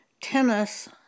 tennis